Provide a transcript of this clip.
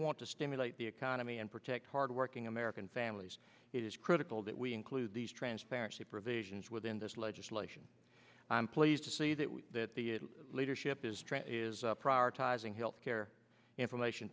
want to stimulate the economy and protect hardworking american families it is critical that we include these transparency provisions within this legislation i'm pleased to see that we that the leadership is strength is prioritizing health care information